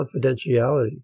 confidentiality